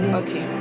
okay